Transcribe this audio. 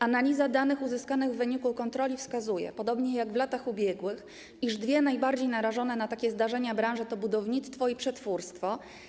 Analiza danych uzyskanych w wyniku kontroli wskazuje, podobnie jak w latach ubiegłych, iż dwie najbardziej narażone na takie zdarzenia branże to budownictwo i przetwórstwo.